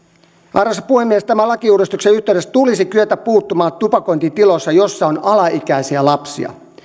arvoisa puhemies tämän lakiuudistuksen yhteydessä tulisi kyetä puuttumaan tupakointiin tiloissa joissa on alaikäisiä lapsia